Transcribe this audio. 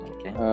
Okay